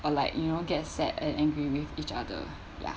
or like you know get sad and angry with each other ya